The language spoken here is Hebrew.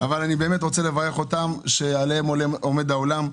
אני באמת רוצה לברך אותם, שעליהם עומד העולם.